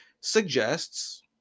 suggests